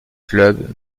club